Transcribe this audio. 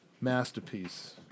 Masterpiece